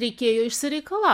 reikėjo išsireikalau